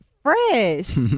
Fresh